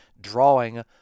drawing